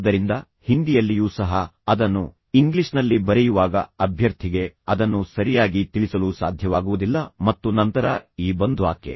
ಆದ್ದರಿಂದ ಹಿಂದಿಯಲ್ಲಿಯೂ ಸಹ ಅದನ್ನು ಇಂಗ್ಲಿಷ್ನಲ್ಲಿ ಬರೆಯುವಾಗ ಅಭ್ಯರ್ಥಿಗೆ ಅದನ್ನು ಸರಿಯಾಗಿ ತಿಳಿಸಲು ಸಾಧ್ಯವಾಗುವುದಿಲ್ಲ ಮತ್ತು ನಂತರ ಈ ಬಂಧ್ವಾ ಕೆ